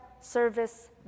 service